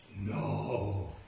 No